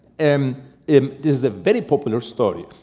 um it is a very popular story.